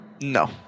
No